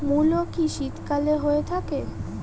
মূলো কি শীতকালে হয়ে থাকে?